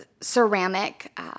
ceramic